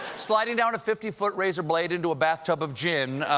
sliding down a fifty foot razor blade into a bathtub of gin,